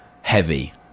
heavy